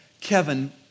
Kevin